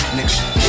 Nigga